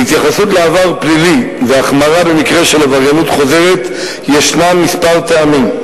להתייחסות לעבר פלילי והחמרה במקרה של עבריינות חוזרת יש כמה טעמים: